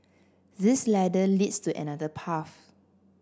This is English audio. this ladder leads to another path